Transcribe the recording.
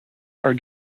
are